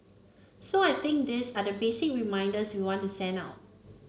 so I think these are the basic reminders we want to send out